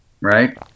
right